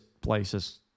places